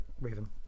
Raven